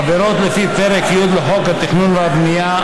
עבירות לפי פרק י' לחוק התכנון והבנייה,